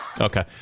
Okay